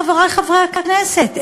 חברי חברי הכנסת,